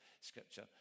Scripture